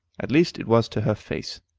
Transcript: at least it was to her face,